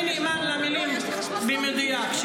אני נאמן למילים במדויק,